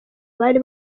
bari